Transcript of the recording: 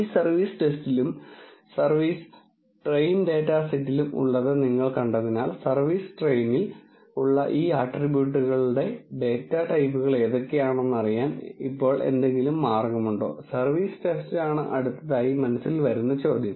ഈ സർവീസ് ടെസ്റ്റിലും service train data സെറ്റിലും ഉള്ളത് നിങ്ങൾ കണ്ടതിനാൽ സർവീസ് ട്രെയിനിൽ ഉള്ള ഈ ആട്രിബ്യൂട്ടുകളുടെ ഡാറ്റ ടൈപ്പുകൾ ഏതൊക്കെയാണെന്ന് അറിയാൻ ഇപ്പോൾ എന്തെങ്കിലും മാർഗമുണ്ടോ സർവീസ് ടെസ്റ്റാണ് അടുത്തതായി മനസ്സിൽ വരുന്ന ചോദ്യം